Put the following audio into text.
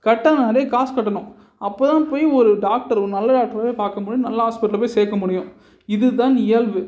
கட்டணும் நிறையா காசு கட்டணும் அப்போது தான் போய் ஒரு டாக்டர் ஒரு நல்ல டாக்டரை போய் பார்க்க முடியும் நல்ல ஹாஸ்பிட்டல்ல போய் சேர்க்க முடியும் இது தான் இயல்பு